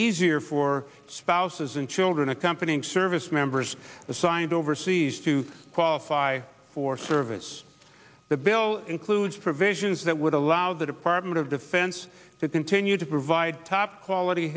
easier for spouses and children accompanying service members assigned overseas to qualify for service the bill includes provisions that would allow the department of defense to continue to provide top quality